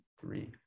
Three